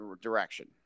direction